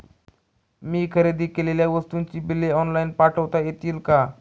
मी खरेदी केलेल्या वस्तूंची बिले ऑनलाइन पाठवता येतील का?